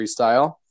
freestyle